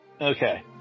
okay